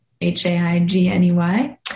H-A-I-G-N-E-Y